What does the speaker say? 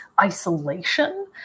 isolation